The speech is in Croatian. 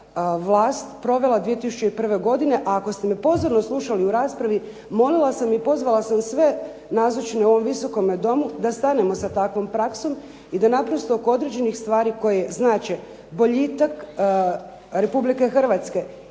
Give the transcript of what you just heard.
vlast provela 2001. godine, a ako ste me pozorno slušali u raspravi molila sam i pozvala sam sve nazočne u ovom Visokome domu da stanemo sa takvom praksom i da naprosto oko određenih stvari koje znače boljitak Republike Hrvatske